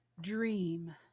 Dream